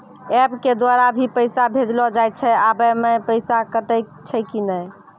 App के द्वारा भी पैसा भेजलो जाय छै आबै मे पैसा कटैय छै कि नैय?